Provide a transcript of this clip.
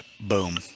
boom